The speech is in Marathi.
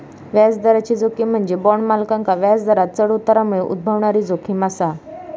व्याजदराची जोखीम म्हणजे बॉण्ड मालकांका व्याजदरांत चढ उतारामुळे उद्भवणारी जोखीम असा